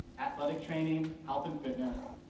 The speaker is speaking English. athletic training, health and fitness,